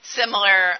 similar